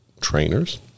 trainers